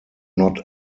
not